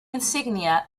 insignia